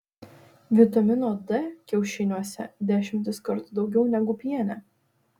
vitamino d kiaušiniuose dešimtis kartų daugiau negu piene